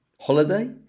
holiday